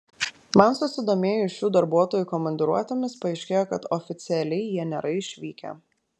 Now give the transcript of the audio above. man susidomėjus šių darbuotojų komandiruotėmis paaiškėjo kad oficialiai jie nėra išvykę